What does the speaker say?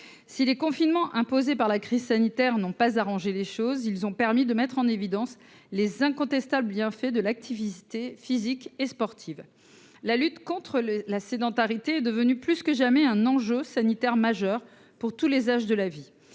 Si les confinements imposés par la crise sanitaire n’ont pas arrangé les choses, ils ont permis de mettre en évidence les incontestables bienfaits de l’activité physique et sportive. La lutte contre la sédentarité est devenue plus que jamais un enjeu sanitaire majeur pour tous les âges de la vie.